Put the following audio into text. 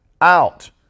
out